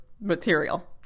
material